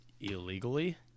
illegally